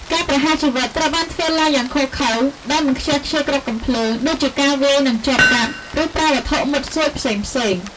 ការប្រហារជីវិតត្រូវបានធ្វើឡើងយ៉ាងឃោរឃៅ ដោយមិនខ្ជះខ្ជាយគ្រាប់កាំភ្លើង ដូចជាការវាយនឹងចបកាប់ ឬប្រើវត្ថុមុតស្រួចផ្សេងៗ។